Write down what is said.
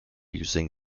using